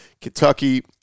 Kentucky